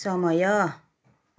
समय